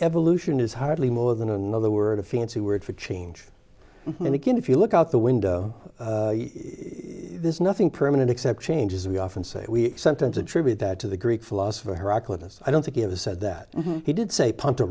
evolution is hardly more than another word a fancy word for change and again if you look out the window there's nothing permanent except changes we often say we sometimes attribute that to the greek philosopher heraclitus i don't think he ever said that he did say pun